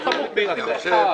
מה זה "סמוך" בשבילך?